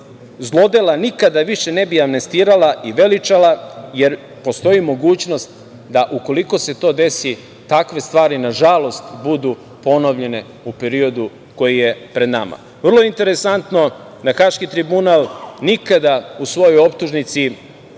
zlodela nikada više ne bi amnestirala i veličala, jer postoji mogućnost da ukoliko se to desi takve stvari, nažalost, budu ponovljene u periodu koji je pred nama. Vrlo interesantno je to da Haški tribunal nikada u svojoj optužnici